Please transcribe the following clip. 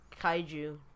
kaiju